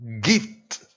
gift